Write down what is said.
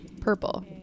purple